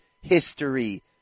history